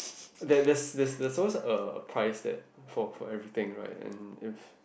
there there's always a a price that for for everything right and if